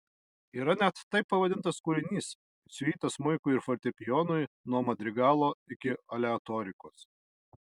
yra net taip pavadintas kūrinys siuita smuikui ir fortepijonui nuo madrigalo iki aleatorikos